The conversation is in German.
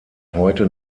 heute